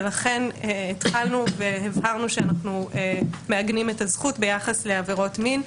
ולכן התחלנו והבהרנו שאנחנו מעגנים את הזכות ביחס לעבירות מין.